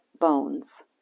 bones